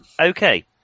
Okay